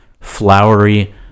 flowery